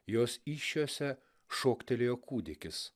jos įsčiose šoktelėjo kūdikis